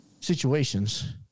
situations